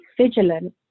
vigilant